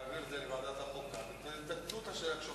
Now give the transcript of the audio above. להעביר את זה לוועדת החוקה ותיתנו את התשובה שם,